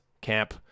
camp